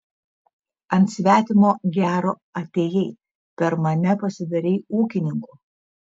ant svetimo gero atėjai per mane pasidarei ūkininku